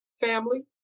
family